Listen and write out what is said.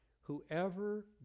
whoever